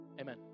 amen